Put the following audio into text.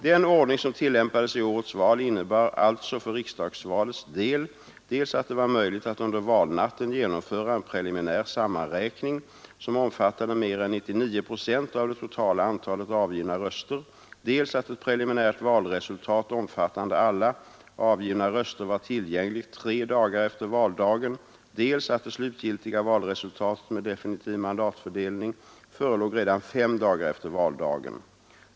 Den ordning som tillämpades i årets val innebar alltså för riksdagsvalets del dels att det var möjligt att under valnatten genomföra en preliminär sammanräkning som omfattade mer än 99 procent av det totala antalet avgivna röster, dels att ett preliminärt valresultat omfattande alla avgivna röster var tillgängligt tre dagar efter valdagen, dels att det slutgiltiga valresultatet med definitiv mandatfördelning förelåg redan fem dagar efter valdagen.